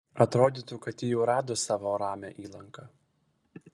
atrodytų kad ji jau rado savo ramią įlanką